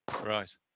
Right